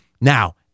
Now